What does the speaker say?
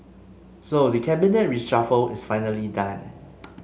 so the Cabinet reshuffle is finally done